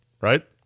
right